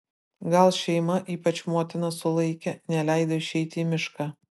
gal šeima ypač motina sulaikė neleido išeiti į mišką